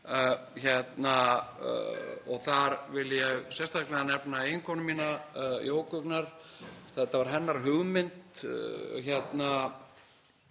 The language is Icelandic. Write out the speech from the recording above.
kenna og þar vil ég sérstaklega nefna eiginkonu mína, Jóku Gnarr. Þetta var hennar hugmynd. En